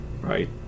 right